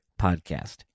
podcast